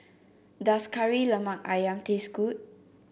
does Kari Lemak ayam taste good